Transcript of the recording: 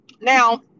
Now